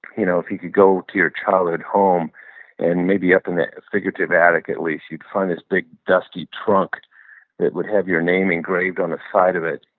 you know if you could go to your childhood home and maybe up in that figurative attic at least, you'd find this big dusty trunk that would have your name engraved on the side of it.